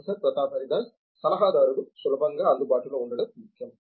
professor Pratap Haridas సలహాదారుడు సులభంగా అందుబాటులో ఉండడం ముఖ్యం